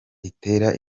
itera